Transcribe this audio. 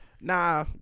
Nah